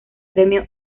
premio